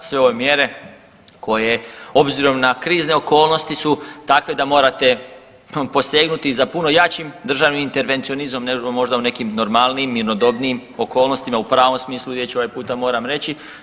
Sve ove mjere koje obzirom na krizne okolnosti su takve da morate posegnuti za puno jačim državnim intervencionizmom nego o možda nekim normalnijim, mirnodobnijim okolnostima u pravom smislu riječi ovaj puta moram reći.